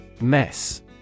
Mess